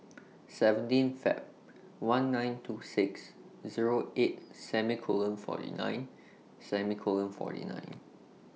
seventeen Feb one nine two six Zero eight semi Colon forty nine semi Colon forty nine